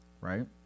Right